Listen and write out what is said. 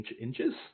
Inches